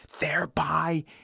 thereby